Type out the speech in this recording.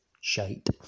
shite